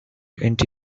into